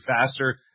faster